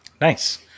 Nice